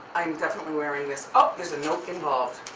i'm definitely wearing this. oh there's a note involved.